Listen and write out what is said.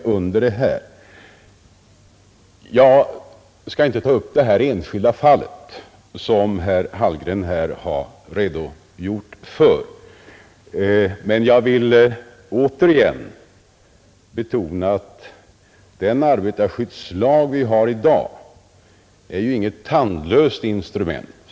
Jag skall inte ta upp det enskilda fall som herr Hallgren här har redogjort för, men jag vill återigen betona att den arbetarskyddslag vi har i dag inte är något tandlöst instrument.